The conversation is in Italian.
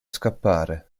scappare